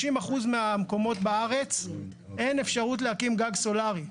30% מהמקומות בארץ אין אפשרות להקים גג סולארי.